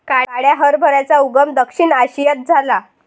काळ्या हरभऱ्याचा उगम दक्षिण आशियात झाला